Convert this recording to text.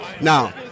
now